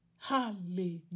Hallelujah